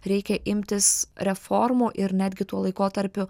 reikia imtis reformų ir netgi tuo laikotarpiu